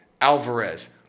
Alvarez